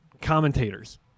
commentators